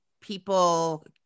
people